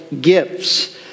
gifts